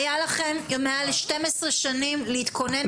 היו לכם מעל 12 שנה להתכונן.